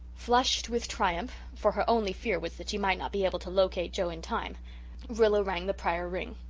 flushed with triumph for her only fear was that she might not be able to locate joe in time rilla rang the pryor ring.